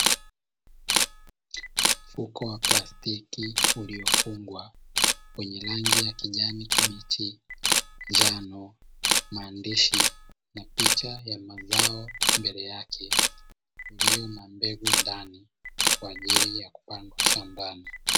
Mfuko wa plastiki uliofungwa wenye rangi ya kijani kibichi, njano maandishi na picha ya mazao mbele yake ulio na mbegu ndani kwaajili ya kupandwa shambani.